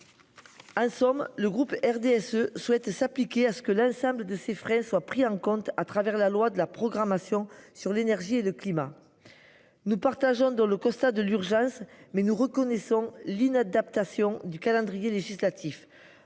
En somme, le groupe RDSE souhaite s'appliquer à ce que l'ensemble de ces frais soient pris en compte à travers la loi de la programmation sur l'énergie et le climat. Nous partageons dans le constat de l'urgence mais nous reconnaissons l'inadaptation du calendrier législatif